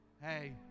Hey